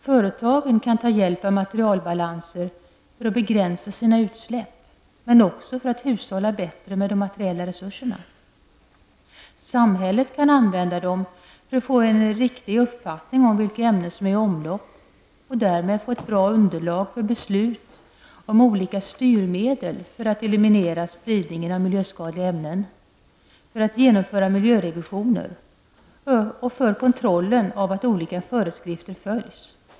Företagen kan ta hjälp av materialbalanser för att begränsa sina utsläpp men också för att hushålla bättre med de materiella resurserna. Samhället kan använda dem för att få en riktig uppfattning om vilka ämnen som är i omlopp och därmed få ett bra underlag för beslut om olika styrmedel för att eliminera spridningen av miljöskadliga ämnen, för att genomföra miljörevisioner och för kontrollen av att olika föreskrifter följs.